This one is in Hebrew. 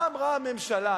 מה אמרה הממשלה?